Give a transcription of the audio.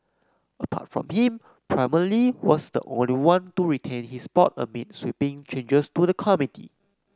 apart from him Premier Li was the only one to retain his spot amid sweeping changes to the committee